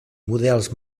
models